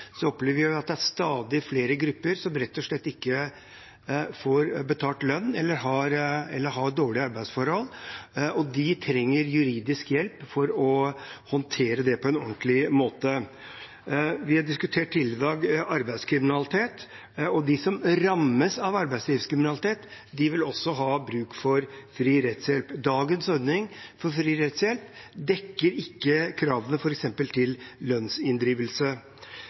slett ikke får betalt lønn, eller har dårlige arbeidsforhold, og de trenger juridisk hjelp for å håndtere det på en ordentlig måte. Vi har tidligere i dag diskutert arbeidslivskriminalitet, og de som rammes av arbeidslivskriminalitet, vil også ha bruk for fri rettshjelp. Dagens ordning for fri rettshjelp dekker ikke kravene f.eks. til lønnsinndrivelse.